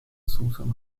susan